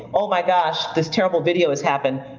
oh my gosh, this terrible video has happened.